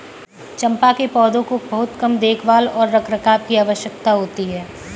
चम्पा के पौधों को बहुत कम देखभाल और रखरखाव की आवश्यकता होती है